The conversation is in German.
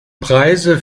preise